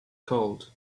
cold